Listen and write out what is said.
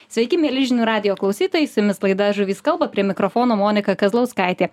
sveiki mieli žinių radijo klausytojai su jumis laida žuvys kalba prie mikrofono monika kazlauskaitė